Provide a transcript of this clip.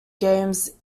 games